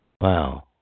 Wow